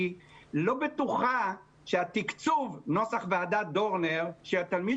היא אמרה שהיא לא בטוחה שהתקצוב נוסח ועדת דורנר שהתלמיד